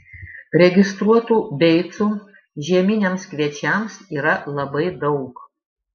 registruotų beicų žieminiams kviečiams yra labai daug